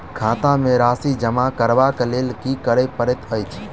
खाता मे राशि जमा करबाक लेल की करै पड़तै अछि?